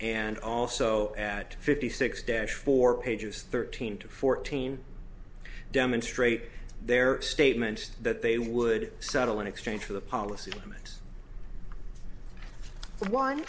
and also at fifty six dash for pages thirteen to fourteen demonstrate their statement that they would settle in exchange for the polic